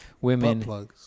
women